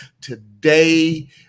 today